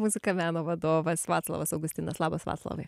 muzika meno vadovas vaclovas augustinas labas vaclovai